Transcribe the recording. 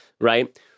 Right